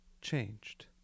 changed